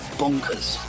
bonkers